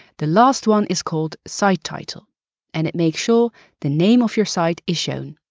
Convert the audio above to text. the last one is called site title and it makes sure the name of your site is shown.